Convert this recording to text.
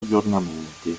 aggiornamenti